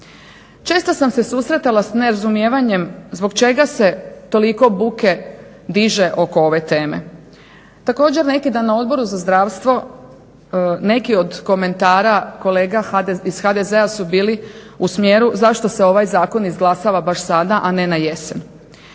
Često sam se susretala s nerazumijevanjem zbog čega se toliko buke diže oko ove teme. Također neki dan na Odboru za zdravstvo neki od komentara kolega iz HDZ-a su bili u smjeru zašto se ovaj zakon izglasava baš sada a ne jesen.